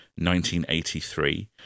1983